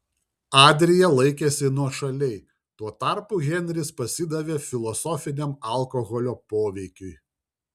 adrija laikėsi nuošaliai tuo tarpu henris pasidavė filosofiniam alkoholio poveikiui